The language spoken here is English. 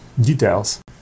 details